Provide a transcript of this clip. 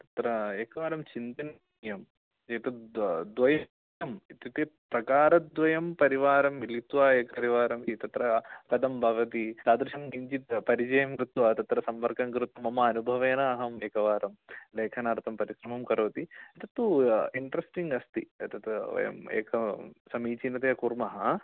तत्र एकवारं चिन्तनीयं एतत् द्व द्वयं इत्युक्ते प्रकारद्वयं परिवारं मिलित्वा एकवारं तत्र कथं भवति तादृशं किञ्चित् परिचयं कृत्वा तत्र संकर्कं कृत्वा मम अनुभवेन अहं एकवारं लेखनार्थं परिश्रमं करोमि तत्तु इन्ट्रेस्टिङ्ग् अस्ति एत्ततु समीचिनतया कुर्मः